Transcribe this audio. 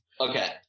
Okay